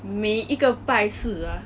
每一个拜四 ah